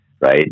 right